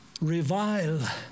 revile